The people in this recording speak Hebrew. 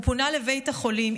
הוא פונה לבית החולים,